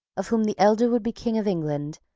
of whom the elder would be king of england,